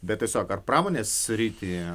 bet tiesiog ar pramonės sritį